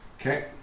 Okay